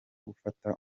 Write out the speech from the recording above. gufata